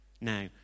Now